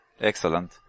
Excellent